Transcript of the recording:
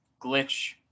glitch